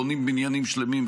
בונים בניינים שלמים,